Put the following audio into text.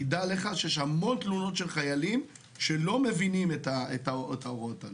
תדע לך שיש המון תלונות של חיילים שלא מבינים את ההוראות הללו.